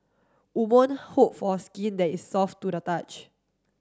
woman hope for skin that is soft to the touch